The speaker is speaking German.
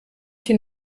den